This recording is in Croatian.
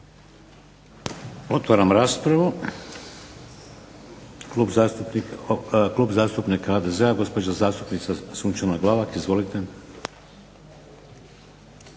Otvaram raspravu. Klub zastupnika HDZ-a, gospođa zastupnica Sunčana Glavak. Izvolite.